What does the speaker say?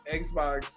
xbox